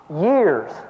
years